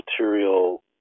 material